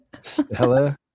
stella